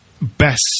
best